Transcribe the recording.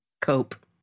Cope